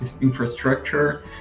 infrastructure